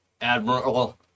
admiral